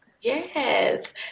yes